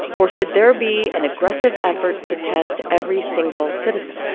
or should there be an aggressive effort to test every single citizen?